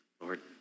Lord